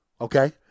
Okay